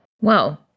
Wow